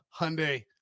Hyundai